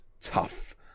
Tough